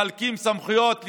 מחלקים סמכויות לשרים,